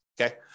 okay